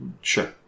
Sure